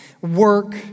Work